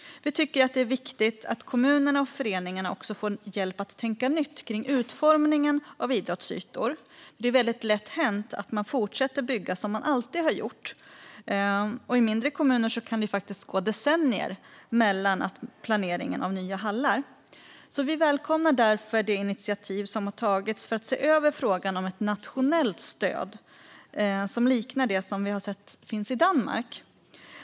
Vi tycker att det är viktigt att kommunerna och föreningarna också får hjälp med att tänka nytt kring utformningen av idrottsytor. Det är väldigt lätt hänt att man fortsätter att bygga som man alltid har gjort, och i mindre kommuner kan det faktiskt gå decennier mellan planeringar av nya hallar. Vi välkomnar därför de initiativ som har tagits för att se över frågan om ett nationellt stöd liknande det som finns i Danmark.